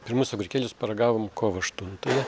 pirmus agurkėlius paragavom kovo aštuntąją